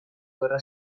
gerra